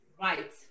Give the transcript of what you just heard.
Right